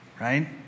Right